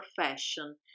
fashion